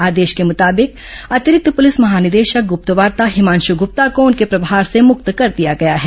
आदेश के मुताबिक अतिरिक्त पूलिस महानिदेशक गुप्तवार्ता हिमांश गुप्ता को उनके प्रभार से मुक्त कर दिया गया है